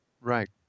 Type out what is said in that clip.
right